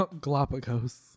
Galapagos